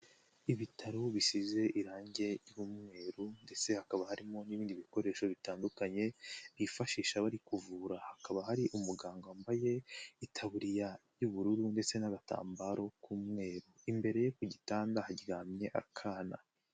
Ibitaro bisize irangi ry'umweru ndetse hakaba harimo n'ibindi bikoresho bitandukanye bifashisha bari kuvura hakaba, hakaba hari umuganga wambaye itaburiya y'ubururu ndetse n'agatambaro k'umweru, imbere ye ku gitanda haryamye akana.